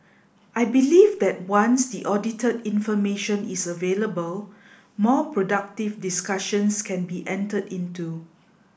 I believe that once the audited information is available more productive discussions can be entered into